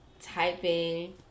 typing